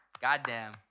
Goddamn